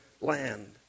land